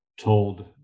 Told